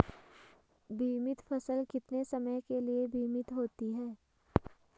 बीमित फसल कितने समय के लिए बीमित होती है?